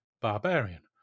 barbarian